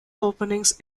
openings